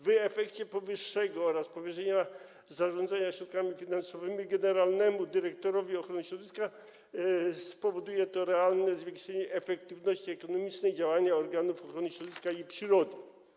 W efekcie powyższego oraz powierzenia zarządzania środkami finansowymi generalnemu dyrektorowi ochrony środowiska spowoduje to realne zwiększenie efektywności ekonomicznej działania organów ochrony środowiska i przyrody.